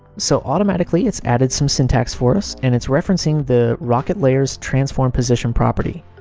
so automatically, it's added some syntax for us, and it's referencing the rocket layer's transform position property.